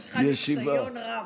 יש לך ניסיון רב.